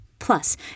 Plus